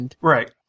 Right